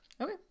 okay